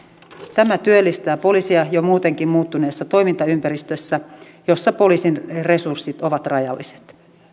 tämä työllistää poliisia jo muutenkin muuttuneessa toimintaympäristössä jossa poliisin resurssit ovat rajalliset